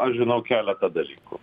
aš žinau keletą dalykų